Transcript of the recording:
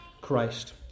Christ